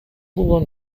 one